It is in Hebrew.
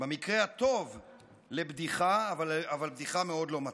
במקרה הטוב לבדיחה, אבל בדיחה מאוד לא מצחיקה.